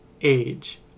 age